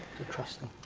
trust them.